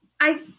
I-